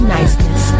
Niceness